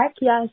yes